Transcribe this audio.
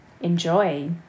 Enjoy